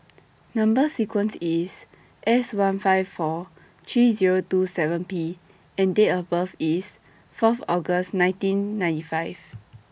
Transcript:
Number sequence IS S one five four three Zero two seven P and Date of birth IS Fourth August nineteen ninety five